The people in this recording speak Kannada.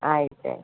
ಆಯ್ತು ಆಯ್ತು